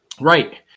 Right